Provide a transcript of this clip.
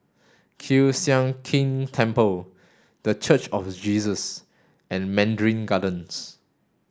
Kiew Sian King Temple The Church of Jesus and Mandarin Gardens